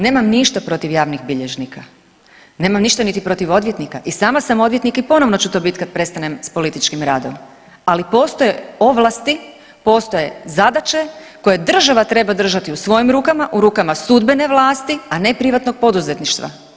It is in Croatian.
Nemam ništa protiv javnih bilježnika, nemam ništa niti protiv odvjetnika i sama sam odvjetnik i ponovno ću to biti kad prestanem s političkim radom, ali postoje ovlasti, postoje zadaće koje država treba držati u svojim rukama, u rukama sudbene vlasti, a ne privatnog poduzetništva.